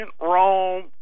Rome